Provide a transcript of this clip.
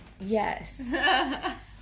Yes